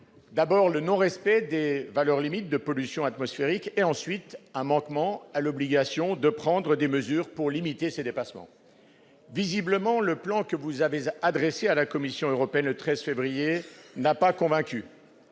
d'abord, le non-respect des valeurs limites de pollution atmosphérique, et ensuite, un manquement à l'obligation de prendre des mesures pour limiter ces dépassements. Visiblement, le plan que vous avez adressé à la Commission européenne le 13 février dernier n'a pas convaincu.